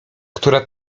która